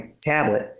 tablet